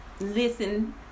listen